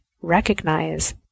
recognize